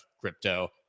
crypto